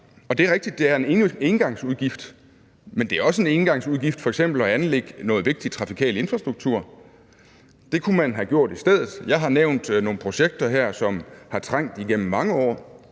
det er rigtigt, at det er en engangsudgift, men det er også en engangsudgift f.eks. at anlægge noget vigtig trafikal infrastruktur. Det kunne man have gjort i stedet. Jeg har nævnt nogle projekter her, som har trængt igennem mange år,